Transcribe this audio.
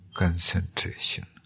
concentration।